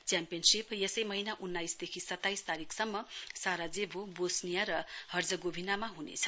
championship यसै महीना उन्नाइसदेखि सत्ताइस तारीकसम्म साराजेभो बोसनिया र हर्जगोभिनामा ह्नेछ